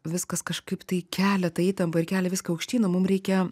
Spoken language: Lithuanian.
viskas kažkaip tai kelia tą įtampą ir kelia viską aukštyn o mum reikia